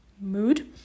mood